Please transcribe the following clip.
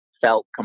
felt